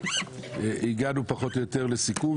התשפ"ב-2022 (כ/903),